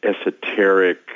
esoteric